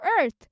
Earth